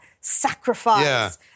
sacrifice